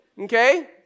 okay